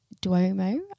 Duomo